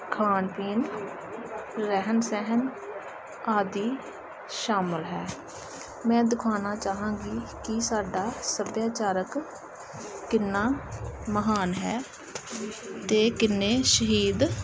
ਖਾਣ ਪੀਣ ਰਹਿਣ ਸਹਿਣ ਆਦਿ ਸ਼ਾਮਲ ਹੈ ਮੈਂ ਦਿਖਾਉਣਾ ਚਾਹਾਂਗੀ ਕਿ ਸਾਡਾ ਸੱਭਿਆਚਾਰਕ ਕਿੰਨਾ ਮਹਾਨ ਹੈ ਅਤੇ ਕਿੰਨੇ ਸ਼ਹੀਦ